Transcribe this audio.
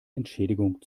entschädigung